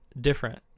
different